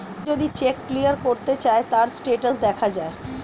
কেউ যদি check clear করতে চায়, তার স্টেটাস দেখা যায়